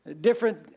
different